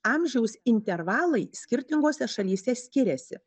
amžiaus intervalai skirtingose šalyse skiriasi